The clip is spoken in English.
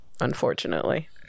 unfortunately